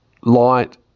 light